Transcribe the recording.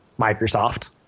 Microsoft